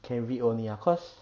can read only lah cause